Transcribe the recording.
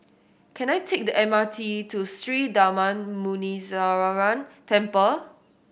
can I take the M R T to Sri Darma Muneeswaran Temple